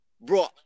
bro